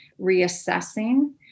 reassessing